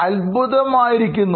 അത്ഭുതമായിരിക്കുന്നു